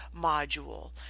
module